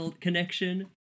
connection